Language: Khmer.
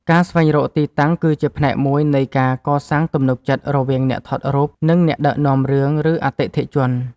ការស្វែងរកទីតាំងគឺជាផ្នែកមួយនៃការកសាងទំនុកចិត្តរវាងអ្នកថតរូប និងអ្នកដឹកនាំរឿង ឬអតិថិជន។